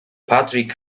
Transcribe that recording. patrick